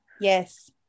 Yes